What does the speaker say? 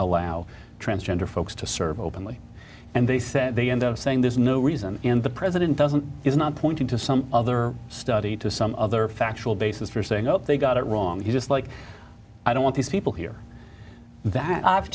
allow transgender folks to serve openly and they said they end up saying there's no reason and the president doesn't is not pointing to some of the study to some other factual basis for saying nope they got it wrong just like i don't want these people here that i've